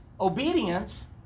obedience